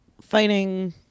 fighting